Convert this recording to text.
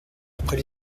après